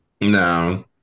No